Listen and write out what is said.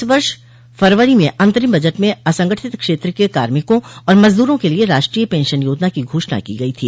इस वर्ष फरवरी में अंतरिम बजट में असंगठित क्षेत्र के कार्मिकों और मज़दूरों के लिए राष्ट्रीय पेंशन योजना की घोषणा की गई थी